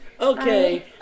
Okay